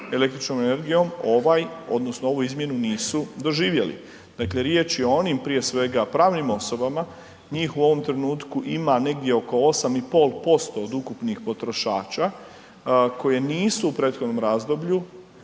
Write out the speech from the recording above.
električnom energijom, ovaj odnosno ovu izmjenu nisu doživjeli. Dakle, riječ je o onim prije svega pravnim osobama, njih u ovom trenutku ima negdje oko 8,5% od ukupnih potrošača trenutku ima negdje